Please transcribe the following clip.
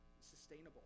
sustainable